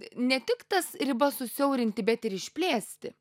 ne tik tas ribas susiaurinti bet ir išplėsti